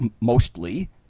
mostly